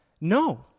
No